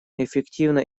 эффективно